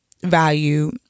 value